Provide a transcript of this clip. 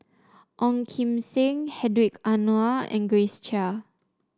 Ong Kim Seng Hedwig Anuar and Grace Chia